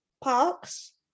parks